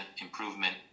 improvement